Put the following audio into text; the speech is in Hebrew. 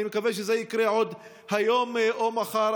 אני מקווה שזה יקרה עוד היום או מחר,